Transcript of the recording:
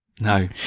No